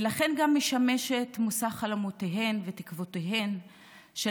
ולכן גם משמשת מושא לחלומותיהם ותקוותיהם של